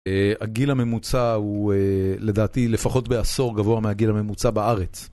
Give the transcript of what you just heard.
הגיל הממוצע הוא לדעתי לפחות בעשור גבוה מהגיל הממוצע בארץ.